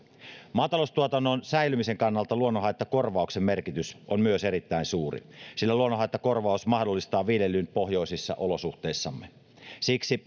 maataloustuotannon säilymisen kannalta luonnonhaittakorvauksen merkitys on myös erittäin suuri sillä luonnonhaittakorvaus mahdollistaa viljelyn pohjoisissa olosuhteissamme siksi